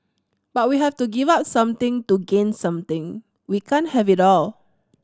but we have to give up something to gain something we can't have it all